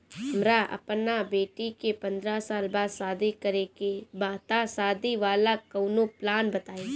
हमरा अपना बेटी के पंद्रह साल बाद शादी करे के बा त शादी वाला कऊनो प्लान बताई?